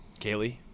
Kaylee